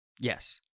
Yes